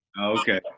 Okay